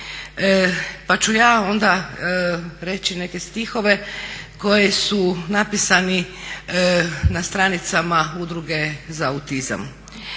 Pa ću ja onda reći neke stihove koji su napisani na stranicama Udruge za autizam.